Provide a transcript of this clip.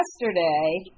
yesterday